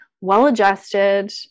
well-adjusted